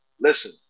Listen